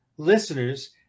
Listeners